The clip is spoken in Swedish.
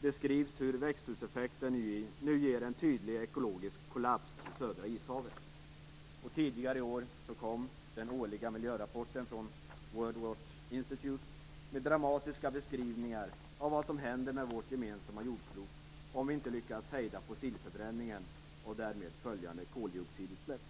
beskrivs hur växthuseffekten nu ger en tydlig ekologisk kollaps i Södra Ishavet. Tidigare i år kom den årliga miljörapporten från Worldwatch Institute med dramatiska beskrivningar av vad som händer med vårt gemensamma jordklot om vi inte lyckas hejda fossilförbränningen och därmed följande koldioxidutsläpp.